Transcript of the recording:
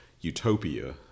utopia